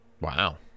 wow